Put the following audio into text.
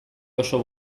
oso